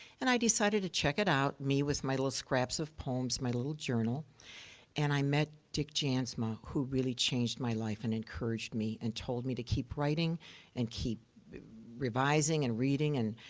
and i decided to check it out me, with my little scraps of poems in my little journal and i met dick jansma, who really changed my life and encouraged me and told me to keep writing and keep revising and reading and,